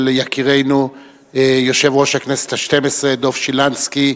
יקירנו יושב-ראש הכנסת השתים-עשרה דב שילנסקי,